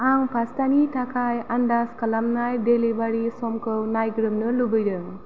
आं पास्टानि थाखाय आन्दाज खालामनाय डेलिभारि समखौ नायग्रोमनो लुबैदों